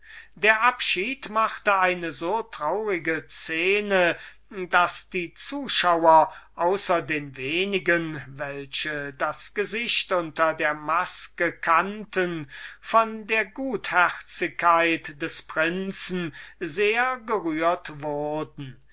der abschied machte eine so traurige szene daß die zuschauer außer den wenigen welche das gesicht unter der maske kannten von der gutherzigkeit des prinzen sehr gerührt wurden